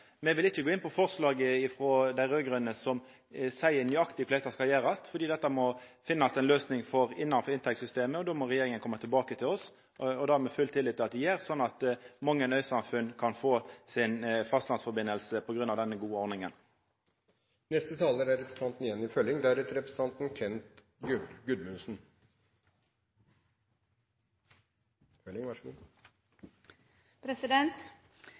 Me vil ikkje gå inn på forslaget frå dei raud-grøne som seier nøyaktig korleis dette skal gjerast, for dette må det finnast ei løysing for innanfor inntektssystemet. Då må regjeringa koma tilbake til oss, og det har me full tillit til at ho gjer, slik at mange øysamfunn kan få fastlandssamband på grunn av denne gode